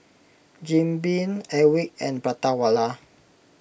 Jim Beam Airwick and Prata Wala